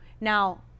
Now